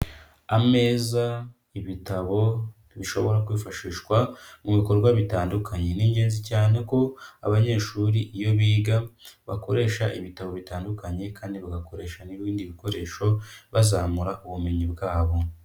Ameza, ibitabo bishobora kwifashishwa mu bikorwa bitandukanye. Ni ingenzi cyane ko abanyeshuri iyo biga, bakoresha ibitabo bitandukanye kandi bagakoresha n'ibindi bikoresho, bazamura ubumenyi bwabo.